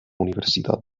universidad